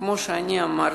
כמו שאמרתי,